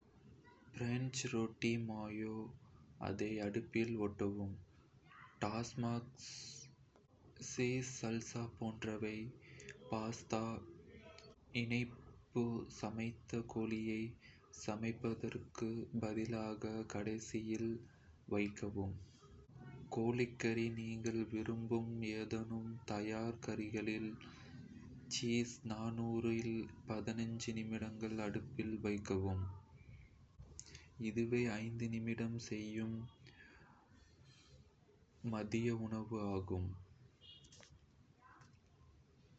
பிரஞ்சு ரொட்டி, மாயோ, அதை அடுப்பில் ஒட்டவும். டகோஸ் சீஸ், சல்சா போன்றவை பாஸ்தா இணைப்பு, சமைத்த கோழியை சமைப்பதற்கு பதிலாக கடைசியில் வைக்கவும். கோழிக்கறி, நீங்கள் விரும்பும் ஏதேனும் தயார் காய்கறிகள், சீஸ், 400 இல் 14 நிமிடங்கள் அடுப்பில் வைக்கவும்.